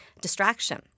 distraction